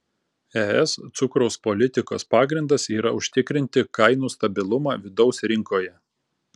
es cukraus politikos pagrindas yra užtikrinti kainų stabilumą vidaus rinkoje